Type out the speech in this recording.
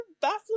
baffling